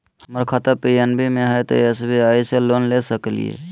हमर खाता पी.एन.बी मे हय, तो एस.बी.आई से लोन ले सकलिए?